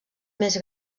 més